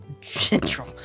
gentle